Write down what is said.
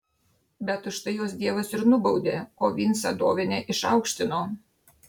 bet už tai juos dievas ir nubaudė o vincą dovinę išaukštino